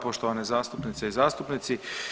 Poštovane zastupnice i zastupnici.